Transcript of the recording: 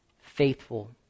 faithful